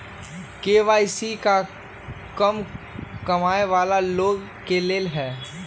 KYC का कम कमाये वाला लोग के लेल है?